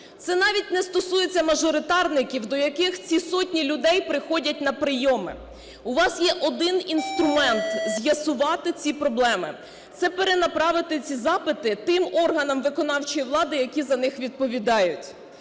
Це навіть не стосується мажоритарників, до яких ці сотні людей приходять на прийоми. У вас є один інструмент з'ясувати ці проблеми – це перенаправити ці запити тим органам виконавчої влади, які за них відповідають,